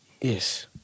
Yes